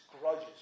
grudges